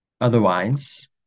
Otherwise